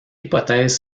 hypothèse